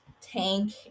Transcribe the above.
tank